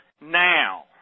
now